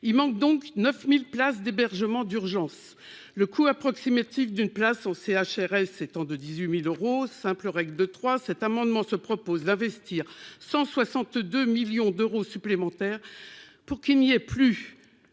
il manque donc 9000 places d'hébergement d'urgence le coût approximatif d'une place en CHRS étant de 18000 euros simple règle de 3, cet amendement se propose d'investir 162 millions d'euros supplémentaires pour qu'il n'y ait plus